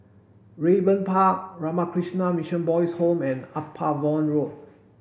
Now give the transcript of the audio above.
Raeburn Park Ramakrishna Mission Boys' Home and Upavon Road